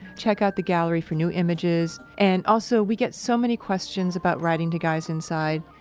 check out the gallery for new images and, also, we get so many questions about writing to guys inside.